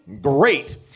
great